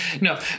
No